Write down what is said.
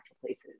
places